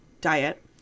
diet